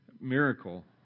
miracle